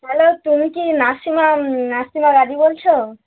hello তুমি কি নাসিমা নাসিমা গাজি বলছো